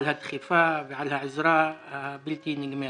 על הדחיפה ועל העזרה הבלתי נגמרת.